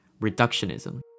reductionism